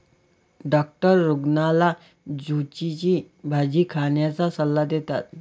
doctor रुग्णाला झुचीची भाजी खाण्याचा सल्ला देतात